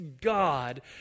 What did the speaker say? God